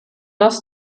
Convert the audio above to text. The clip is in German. das